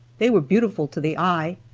they were beautiful to the eye,